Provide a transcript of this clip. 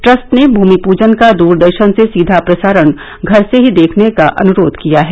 trust ने भूमिपूजन का दूरदर्शन से सीधा प्रसारण घर से ही देखने का अनुरोध किया है